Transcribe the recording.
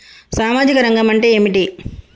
సామాజిక రంగం అంటే ఏమిటి?